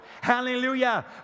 Hallelujah